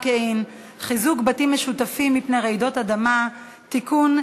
שכר מינימום (תיקון,